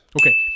Okay